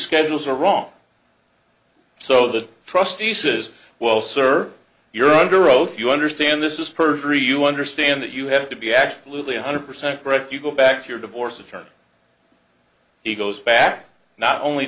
schedules are wrong so the trustee says well sir you're under oath you understand this is perjury you understand that you have to be actually one hundred percent correct you go back to your divorce attorney he goes back not only